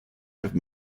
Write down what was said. have